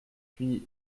puis